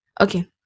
Okay